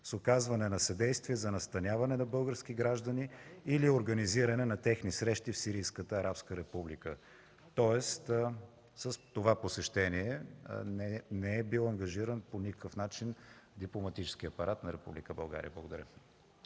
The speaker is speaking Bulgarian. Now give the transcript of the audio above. с оказване на съдействие за настаняване на български граждани или организиране на техни срещи в Сирийската арабска република. Тоест, с такова посещение не е бил ангажиран по никакъв начин дипломатическия апарат на Република България. Благодаря.